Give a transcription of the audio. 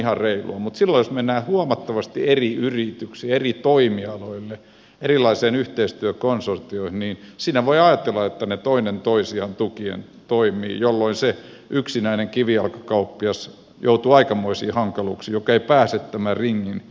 mutta silloin jos mennään huomattavasti eri yrityksiin eri toimialoille erilaisiin yhteistyökonsortioihin niin siinä voi ajatella että ne toinen toisiaan tukien toimivat jolloin se yksinäinen kivijalkakauppias joka ei pääse tämän ringin sisäpuolelle joutuu aikamoisiin hankaluuksiin